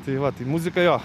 tai va tai muzika jo